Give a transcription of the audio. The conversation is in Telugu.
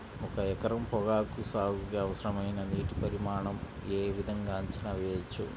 ఒక ఎకరం పొగాకు సాగుకి అవసరమైన నీటి పరిమాణం యే విధంగా అంచనా వేయవచ్చు?